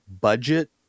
budget